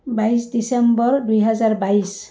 বাইছ ডিচেম্বৰ দুহেজাৰ বাইছ